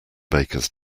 baker’s